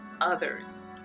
others